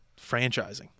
franchising